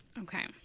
Okay